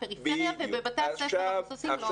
ולא בבתי הספר מבוססים.